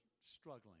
struggling